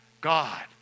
God